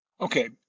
Okay